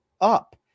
up